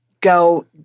go